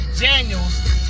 Daniels